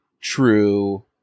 true